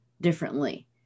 differently